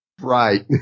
Right